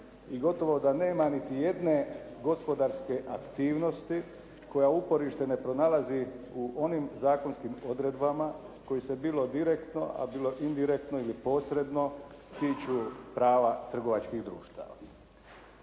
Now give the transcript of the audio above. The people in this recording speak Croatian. i gotovo da nema niti jedne gospodarske aktivnosti koja uporište ne pronalazi u onim zakonskim odredbama koji se bilo direktno, a bilo indirektno ili posredno tiču prava trgovačkih društava.